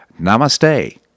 Namaste